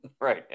Right